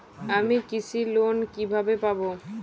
আমি কৃষি লোন কিভাবে পাবো?